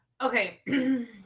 Okay